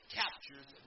captures